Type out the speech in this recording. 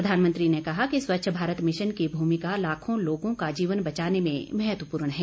प्रधानमंत्री ने कहा कि स्वच्छ भारत मिशन की भूमिका लाखों लोगों का जीवन बचाने में महत्वपूर्ण है